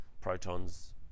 protons